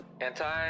anti